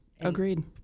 Agreed